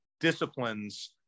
disciplines